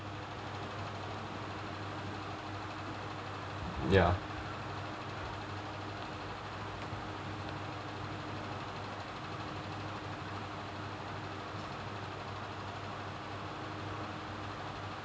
ya